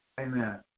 Amen